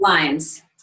Lines